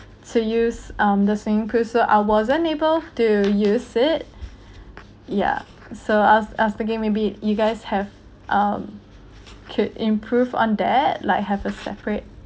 to use um the swimming pool so I wasn't able to use it ya so I was I was thinking maybe you guys have um could improve on that like have a separate